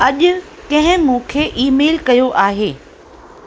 अॼु कंंहिं मूंखे ईमेल कयो आहे